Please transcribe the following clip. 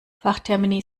fachtermini